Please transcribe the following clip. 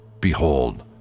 Behold